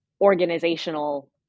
organizational